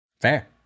Fair